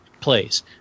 plays